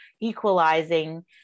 equalizing